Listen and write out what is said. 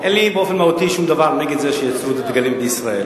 אין לי באופן מהותי שום דבר נגד זה שייצרו את הדגלים בישראל,